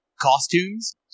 costumes